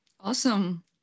awesome